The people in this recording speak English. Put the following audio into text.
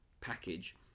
package